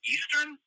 Eastern